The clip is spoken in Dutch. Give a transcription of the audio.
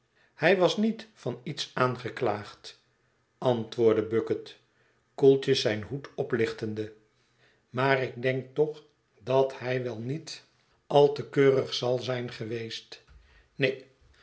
hij was niet van iets aangeklaagd antwoordde bucket koeltjes zijn hoed oplichtende maar ik denk toch dat hij wel niet al te keurig zal zijn geweest